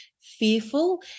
fearful